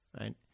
Right